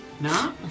No